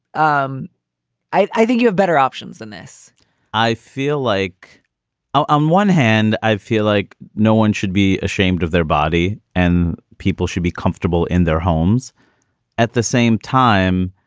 um i think you have better options than this i feel like on um one hand i feel like no one should be ashamed of their body and people should be comfortable in their homes at the same time.